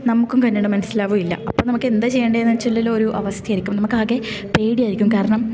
നമുക്കും കന്നഡ മനസ്സിലാവുകയും ഇല്ല അപ്പം നമുക്ക് എന്താ ചെയ്യണ്ടേന്ന് വച്ചാലൊരു അവസ്ഥയായിരിക്കും നമുക്കാകെ പേടിയായിരിക്കും കാരണം